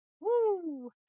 Woo